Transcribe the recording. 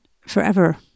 forever